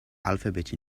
alphabet